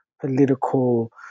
political